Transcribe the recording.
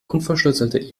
unverschlüsselte